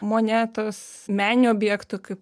monetos meninių objektų kaip